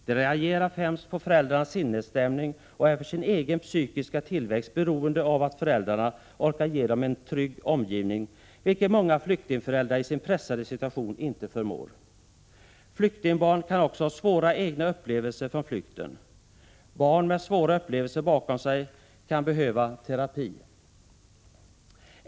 De reagerar främst på föräldrarnas sinnesstämning och är för sin egen psykiska tillväxt beroende av att föräldrarna orkar ge dem en trygg omgivning, vilket många flyktingföräldrar i sin pressade situation inte förmår göra. Flyktingbarn kan också ha svåra egna upplevelser från flykten. Barn med svåra upplevelser bakom sig kan behöva terapi.